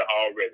already